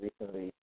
recently